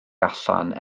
allan